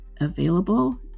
available